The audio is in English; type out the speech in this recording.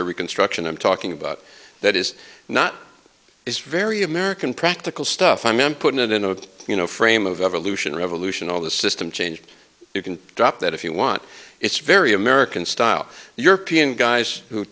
or reconstruction i'm talking about that is not it's very american practical stuff imam put it in a you know frame of evolution revolution all the system change you can drop that if you want it's very american style european guys